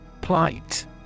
Plight